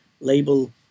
label